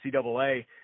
NCAA